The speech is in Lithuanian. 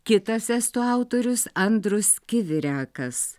kitas estų autorius andrus kivirekas